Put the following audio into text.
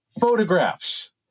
photographs